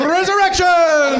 Resurrection